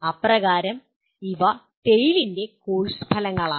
അപ്രകാരം ഇവ TALE ൻ്റെ കോഴ്സ് ഫലങ്ങളാണ്